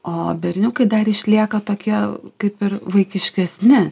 o berniukai dar išlieka tokie kaip ir vaikiškesni